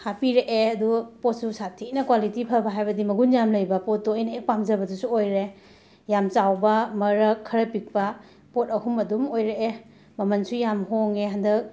ꯍꯥꯞꯄꯤꯔꯛꯑꯦ ꯑꯗꯨ ꯄꯣꯠꯁꯨ ꯁꯥꯊꯤꯅ ꯀ꯭ꯋꯥꯂꯤꯇꯤ ꯐꯕ ꯍꯥꯏꯕꯗꯤ ꯃꯒꯨꯟ ꯌꯥꯝꯅ ꯂꯩꯕ ꯄꯣꯠꯇꯣ ꯑꯩꯅ ꯍꯦꯛ ꯄꯥꯝꯖꯕꯗꯨꯁꯨ ꯑꯣꯏꯔꯦ ꯌꯥꯝꯅ ꯆꯥꯎꯕ ꯃꯔꯛ ꯈꯔ ꯄꯤꯛꯄ ꯄꯣꯠ ꯑꯍꯨꯝ ꯑꯗꯨꯝ ꯑꯣꯏꯔꯛꯑꯦ ꯃꯃꯟꯁꯨ ꯌꯥꯝ ꯍꯣꯡꯉꯦ ꯍꯟꯗꯛ